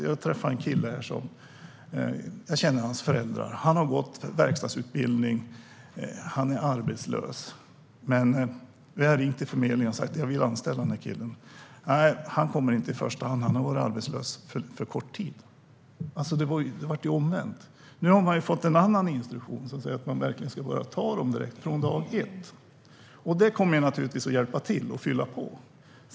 Jag träffade en kille vars föräldrar jag känner. Han har gått en verkstadsutbildning och är arbetslös. Jag har ringt till Arbetsförmedlingen och sagt att jag vill anställa den här killen, men nej, han kommer inte i första hand, för han har varit arbetslös för kort tid. Det blev ju omvänt. Nu har man dock fått en annan instruktion så att man verkligen ska börja ta dem direkt från dag ett, och det kommer naturligtvis att hjälpa till och fylla på.